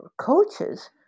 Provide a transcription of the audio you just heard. coaches